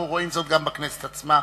ואנחנו רואים זאת גם בכנסת עצמה,